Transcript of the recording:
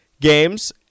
games